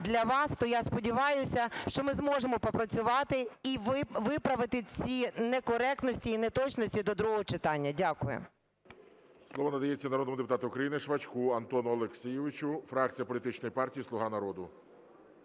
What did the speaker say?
для вас, то я сподіваюся, що ми зможемо попрацювати і виправити ці некоректності і неточності до другого читання. Дякую.